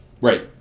Right